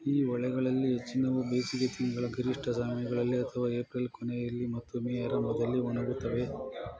ಈ ಹೊಳೆಗಳಲ್ಲಿ ಹೆಚ್ಚಿನವು ಬೇಸಿಗೆ ತಿಂಗಳ ಗರಿಷ್ಠ ಸಮಯಗಳಲ್ಲಿ ಅಥವಾ ಏಪ್ರಿಲ್ ಕೊನೆಯಲ್ಲಿ ಮತ್ತು ಮೇ ಆರಂಭದಲ್ಲಿ ಒಣಗುತ್ತವೆ